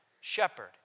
shepherd